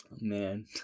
man